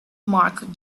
mark